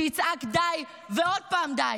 שיצעק די ועוד פעם די.